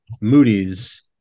Moody's